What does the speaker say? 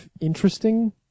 interesting